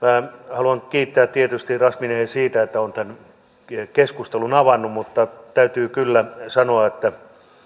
haluan kiittää tietysti razmyaria siitä että on tämän keskustelun avannut mutta täytyy kyllä sanoa että